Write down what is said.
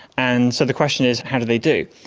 and so the question is how do they do?